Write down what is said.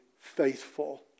faithful